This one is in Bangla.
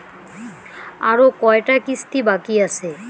আরো কয়টা কিস্তি বাকি আছে?